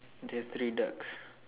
there are three ducks